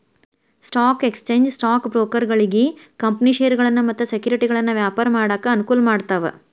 stock exchange stock ಬ್ರೋಕರ್ಗಳಿಗಿ company ಷೇರಗಳನ್ನ ಮತ್ತ ಸೆಕ್ಯುರಿಟಿಗಳನ್ನ ವ್ಯಾಪಾರ ಮಾಡಾಕ ಅನುಕೂಲ ಮಾಡ್ತಾವ